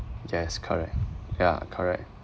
yes correct ya correct